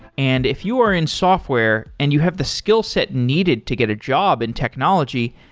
and if you were in software and you have the skillset needed to get a job in technology,